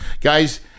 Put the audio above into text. Guys